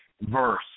verse